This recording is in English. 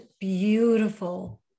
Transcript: beautiful